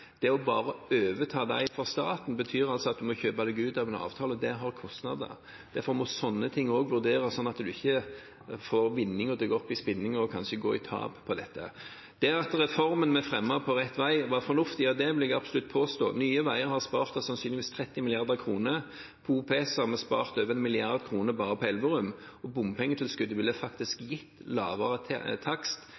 Hvis staten bare skulle overta dem, ville det altså bety at en måtte kjøpe seg ut av en avtale, og det har kostnader. Derfor må også sånne ting vurderes, sånn at ikke vinninga går opp i spinninga og vi kanskje går i tap på dette. At reformen vi fremmet – På rett vei – var fornuftig, vil jeg absolutt påstå. Nye Veier har sannsynligvis spart oss 30 mrd. kr, på OPS har vi spart over 1 mrd. kr bare på Elverum, og bompengetilskuddet ville faktisk